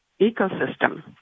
ecosystem